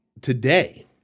today